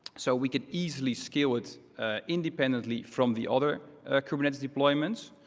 so we could easily scale it independently from the other kubernetes deployments.